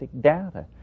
data